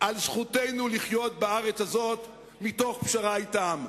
על זכותנו לחיות בארץ הזאת מתוך פשרה אתם.